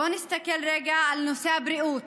בואו נסתכל לרגע על נושא הבריאות.